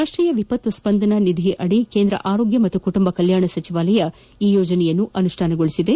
ರಾಷ್ಟೀಯ ವಿಪತ್ತು ಸ್ಪಂದನಾ ನಿಧಿಯಡಿ ಕೇಂದ್ರ ಆರೋಗ್ಯ ಮತ್ತು ಕುಟುಂಬ ಕಲ್ಯಾಣ ಸಚಿವಾಲಯವು ಈ ಯೋಜನೆಯನ್ನು ಅನುಷ್ವಾನಗೊಳಿಸಿದೆ